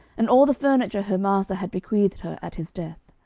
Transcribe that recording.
and all the furniture her master had bequeathed her at his death.